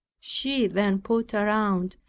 she then put around,